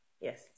Yes